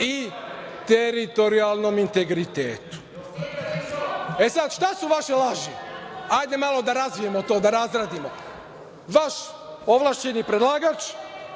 i teritorijalnom integritetu.11/2 BN/CGE, sad, šta su vaše laži? Hajde malo da razvijemo to, da razradimo. Vaš ovlašćeni predlagač